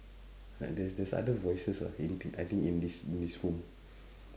like there's there's other voices ah in th~ I think in this in this room